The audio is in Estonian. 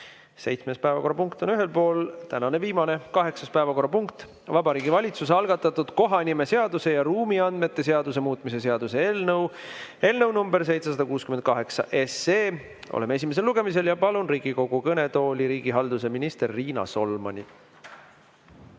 Seitsmes päevakorrapunkt on ühel pool. Tänane viimane, kaheksas päevakorrapunkt on Vabariigi Valitsuse algatatud kohanimeseaduse ja ruumiandmete seaduse muutmise seaduse eelnõu 768. Oleme esimesel lugemisel ja palun Riigikogu kõnetooli riigihalduse minister Riina Solmani.